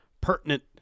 pertinent